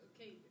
Okay